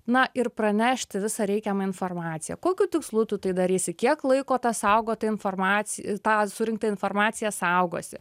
na ir pranešti visą reikiamą informaciją kokiu tikslu tu tai darysi kiek laiko ta saugota informacija tą surinktą informaciją saugosi